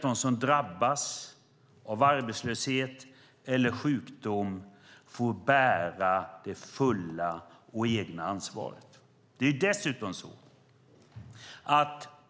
De som drabbas av arbetslöshet eller sjukdom får bära det fulla ansvaret.